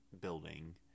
building